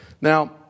Now